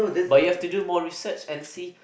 but you have to do more research and see